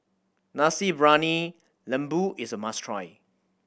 Nasi Briyani Lembu is a must try